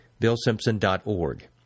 billsimpson.org